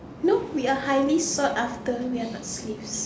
no we are highly sort after we are not slave